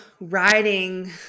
riding